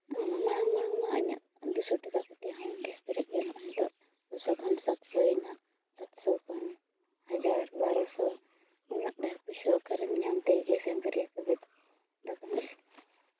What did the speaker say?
ᱢᱟᱲᱟᱝ ᱢᱟᱲᱟᱝ ᱢᱟ ᱤᱧᱟᱹᱜ ᱫᱩ ᱥᱚ ᱴᱟᱠᱟ ᱠᱟᱛᱮᱫ ᱦᱚᱸ ᱜᱮᱥ ᱯᱮᱨᱮᱡ ᱜᱟᱱᱚᱜᱼᱟ ᱱᱤᱛᱚᱜ ᱫᱩ ᱥᱚ ᱠᱷᱚᱱ ᱥᱟᱛ ᱥᱚᱭᱮᱱᱟ ᱥᱟᱛ ᱥᱚ ᱠᱷᱚᱱ ᱦᱟᱡᱟᱨ ᱵᱟᱨᱚ ᱥᱚ ᱩᱱᱟᱹᱜ ᱰᱷᱮᱹᱨ ᱯᱚᱭᱥᱟ ᱚᱠᱟᱨᱮᱢ ᱧᱟᱢ ᱛᱮ ᱜᱮᱥ ᱮᱢ ᱯᱮᱨᱮᱡᱟ ᱛᱚᱵᱮ ᱛᱚ ᱫᱟᱠᱟᱢ ᱤᱥᱤᱱᱟ